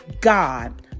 God